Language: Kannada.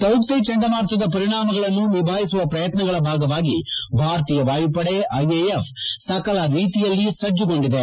ತೌಕ್ತೆ ಚಂಡಮಾರುತದ ಪರಿಣಾಮಗಳನ್ನು ನಿಭಾಯಿಸುವ ಪ್ರಯತ್ನಗಳ ಭಾಗವಾಗಿ ಭಾರತೀಯ ವಾಯುಪಡೆ ಐಎಎಫ್ ಸಕಲ ರೀತಿಯಲ್ಲಿ ಸಜ್ಜಗೊಂಡಿದೆ